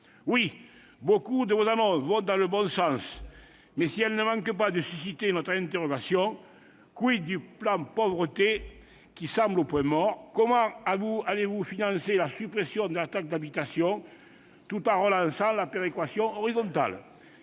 Oui, nombre de vos annonces vont dans le bon sens, même si elles ne manquent pas de susciter des interrogations. du plan Pauvreté, qui semble au point mort ? Comment allez-vous financer la suppression de la taxe d'habitation tout en relançant la péréquation horizontale ?